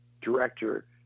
director